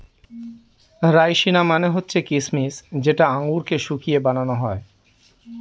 রাইসিনা মানে হচ্ছে কিসমিস যেটা আঙুরকে শুকিয়ে বানানো হয়